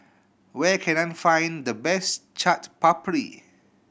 where can I find the best Chaat Papri